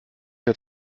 der